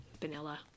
vanilla